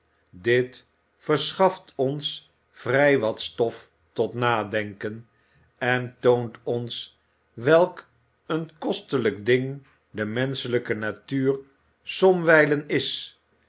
dit verschaft ons vrij wat stof tot nadenken en toont ons welk een kostelijk ding de menschelijke natuur somwijlen is